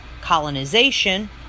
colonization